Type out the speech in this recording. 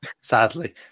sadly